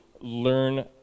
learn